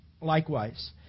Likewise